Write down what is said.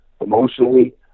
emotionally